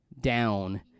down